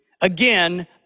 Again